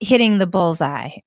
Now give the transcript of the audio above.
hitting the bullseye,